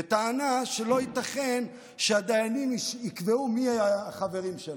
בטענה שלא ייתכן שדיינים יקבעו מי החברים שלהם.